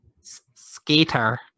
Skater